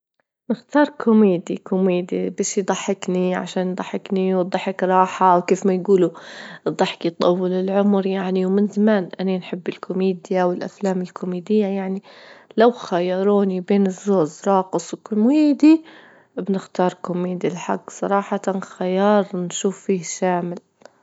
نختار كوميدي، كوميدي باش يضحكني عشان يضحكني، والضحك راحة، وكيف ما يجولوا الضحك يطول العمر يعني، ومن زمان أني نحب الكوميديا والأفلام الكوميدية يعني، لو خيروني بين الزوز راقص وكوميدي بنختار كوميدي، الحق صراحة خيار نشوف فيه شامل.